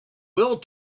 will